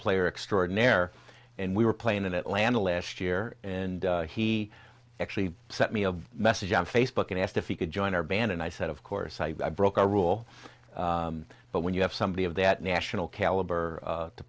player extraordinary and we were playing in atlanta last year and he actually sent me a message on facebook and asked if he could join our band and i said of course i broke a rule but when you have somebody of that national caliber